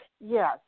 Yes